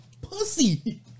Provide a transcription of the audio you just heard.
pussy